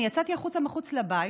אני יצאתי החוצה מחוץ לבית,